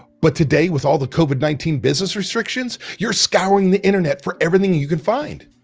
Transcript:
but today, with all the covid nineteen business restrictions, you're scouring the internet for everything you can find.